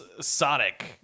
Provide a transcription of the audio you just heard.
Sonic